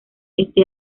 este